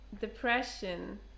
depression